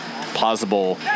plausible